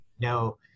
No